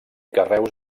carreus